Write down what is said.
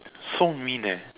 so mean eh